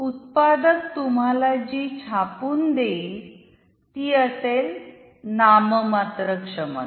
उत्पादक तुम्हाला जी छापून देईल ती असेल नाममात्र क्षमता